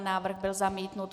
Návrh byl zamítnut.